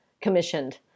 commissioned